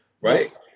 right